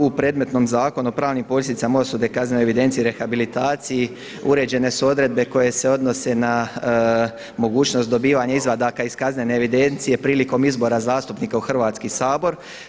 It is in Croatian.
U predmetnom Zakonu o pravnim posljedicama osude, kaznene evidencije i rehabilitaciji uređene su odredbe koje se odnose na mogućnost dobivanja izvadaka iz kaznene evidencije prilikom izbora zastupnika u Hrvatski sabor.